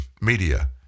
media